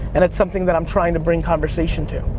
and it's something that i'm trying to bring conversation to.